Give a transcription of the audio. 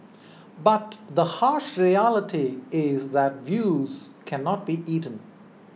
but the harsh reality is that views cannot be eaten